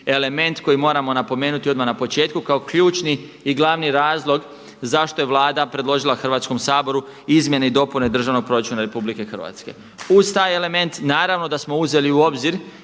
element koji moramo napomenuti odmah na početku kao ključni i glavni razlog zašto je Vlada predložila Hrvatskom saboru izmjene i dopune državnog proračuna RH. Uz taj element naravno da smo uzeli u obzir